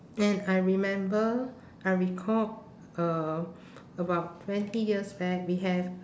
and I remember I recalled um about twenty years back we have